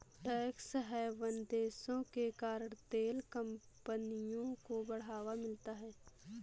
tax haven देशों के कारण तेल कंपनियों को बढ़ावा मिलता है